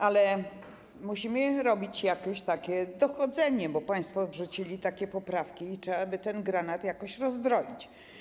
Ale musimy robić jakieś takie dochodzenie, bo państwo odrzucili takie poprawki i trzeba by ten granat jakoś rozbroić.